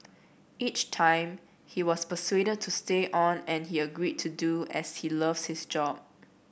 each time he was persuaded to stay on and he agreed to do as he loves his job